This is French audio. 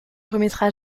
remettra